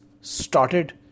started